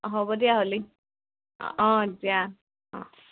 হ'ব দিয়া হ'লে অঁ দিয়া অঁ